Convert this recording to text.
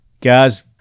guys